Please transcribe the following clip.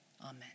Amen